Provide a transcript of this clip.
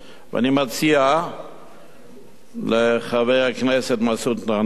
אני מציע לחבר הכנסת מסעוד גנאים,